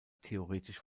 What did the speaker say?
theoretisch